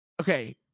Okay